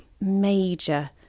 major